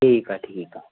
ठीकु आहे ठीकु आहे